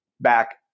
back